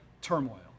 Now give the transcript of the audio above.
turmoil